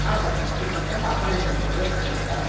ಹಾಂ sir fifty percent offer ಇದೆ ಯುಗಾದಿ ಪ್ರಯುಕ್ತ